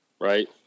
right